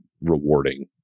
rewarding